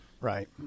Right